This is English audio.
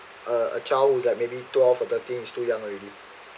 uh a child who like maybe twelve or thirteen is too young already